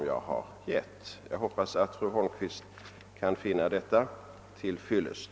Jag hoppas att fru Holmqvist nu kan finna mitt besked vara till fyllest.